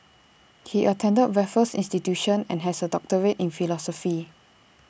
he attended Raffles institution and has A doctorate in philosophy